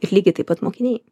ir lygiai taip pat mokiniai